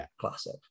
classic